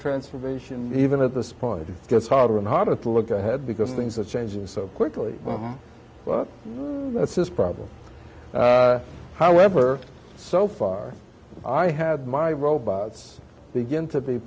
transformation even at this point it gets harder and harder to look ahead because things are changing so quickly that's this problem however so far i had my robots begin to be